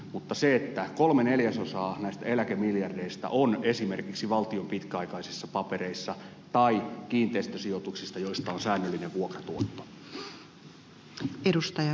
mutta kolme neljäsosaa näistä eläkemiljardeista on esimerkiksi valtion pitkäaikaisissa papereissa tai kiinteistösijoituksissa joista on säännöllinen vuokratuotto